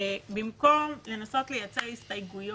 במקום לנסות לייצר הסתייגויות,